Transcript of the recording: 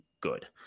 good